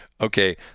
Okay